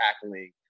tackling